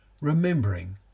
remembering